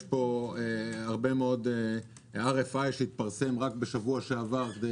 יש פה הרבה RFI שהתפרסם רק בשבוע שעבר כדי